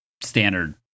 standard